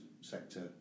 sector